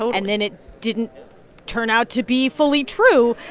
so and then it didn't turn out to be fully true,